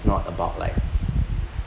not about like